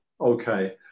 okay